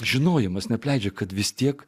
žinojimas neapleidžia kad vis tiek